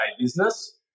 business